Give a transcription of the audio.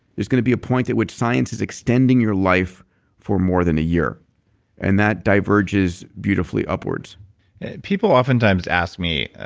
there's going to be a point at which science is extending your life for more than a year and that diverges beautifully upwards people oftentimes ask me,